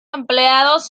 empleados